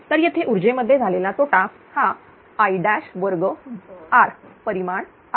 तर येथे उर्जेमध्ये झालेला तोटा हा I2rपरिमाण आहे